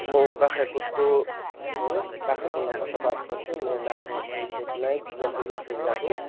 म बाग्राकोटको हो बाग्राकोटमा बसोबास गर्छु मेरो नाम हो अनिकेत नाइक जलपाइगुडी जिल्लाको